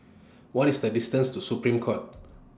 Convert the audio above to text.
What IS The distance to Supreme Court